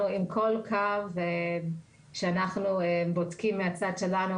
עם כל קו שאנחנו בודקים מהצד שנו,